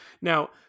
Now